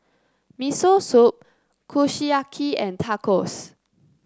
Miso Soup Kushiyaki and Tacos